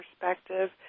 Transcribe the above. perspective